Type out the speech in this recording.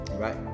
right